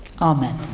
Amen